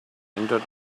entered